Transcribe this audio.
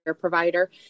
provider